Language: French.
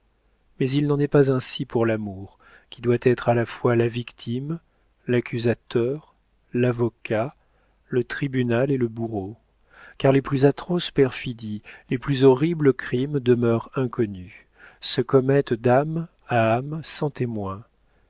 mais il n'en est pas ainsi pour l'amour qui doit être à la fois la victime l'accusateur l'avocat le tribunal et le bourreau car les plus atroces perfidies les plus horribles crimes demeurent inconnus se commettent d'âme à âme sans témoins